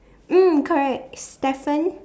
mm correct Stefan